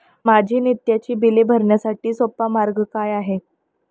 माझी नित्याची बिले भरण्यासाठी सोपा मार्ग काय आहे?